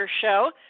show